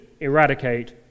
eradicate